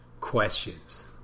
questions